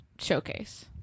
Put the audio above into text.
showcase